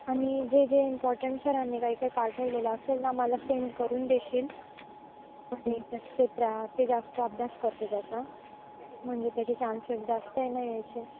आणि जे जे इम्पॉर्टंट सरांनी काय काय पाठवलेलं असेल ना मला सेंड करून देशील आणि ते प्रा ते जास्त अभ्यास करते त्याचा म्हणजे त्याचे चान्सेस जास्त आहे ना यायचे